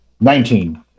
nineteen